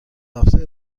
هفته